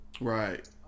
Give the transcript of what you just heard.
Right